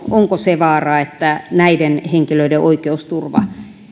onko se vaara että näiden henkilöiden oikeusturva